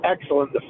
excellent